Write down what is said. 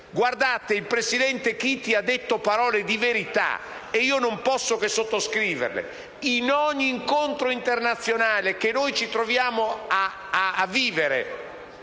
mediterranei. Il presidente Chiti ha detto parole di verità e io non posso che sottoscriverle. In ogni incontro internazionale che noi ci troviamo a vivere